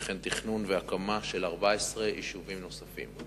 וכן תכנון והקמה של 14 יישובים נוספים.